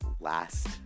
last